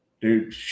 dude